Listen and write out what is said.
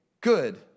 good